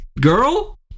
girl